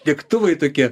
lėktuvai tokie